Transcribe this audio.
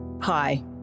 Hi